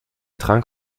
trank